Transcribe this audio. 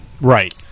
right